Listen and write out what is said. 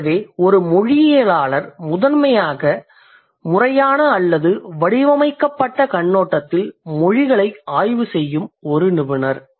எனவே ஒரு மொழியியலாளர் முதன்மையாக முறையான அல்லது வடிவமைக்கப்பட்ட கண்ணோட்டத்தில் மொழிகளைப் ஆய்வுசெய்யும் ஒரு நிபுணர்